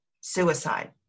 suicide